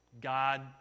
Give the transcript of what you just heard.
God